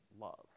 love